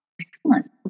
Excellent